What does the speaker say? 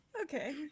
Okay